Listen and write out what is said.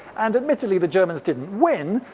and admittedly the germans didn't win,